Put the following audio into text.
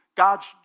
God's